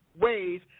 ways